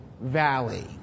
valley